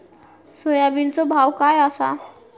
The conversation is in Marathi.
सोयाबीनचो भाव काय आसा?